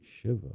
Shiva